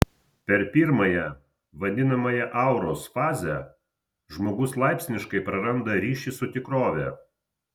per pirmąją vadinamąją auros fazę žmogus laipsniškai praranda ryšį su tikrove